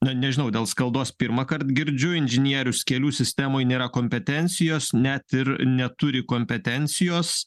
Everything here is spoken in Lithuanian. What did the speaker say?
na nežinau dėl skaldos pirmąkart girdžiu inžinierius kelių sistemoj nėra kompetencijos net ir neturi kompetencijos